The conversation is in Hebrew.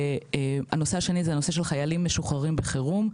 הנושא של חיילים משוחררים בחירום.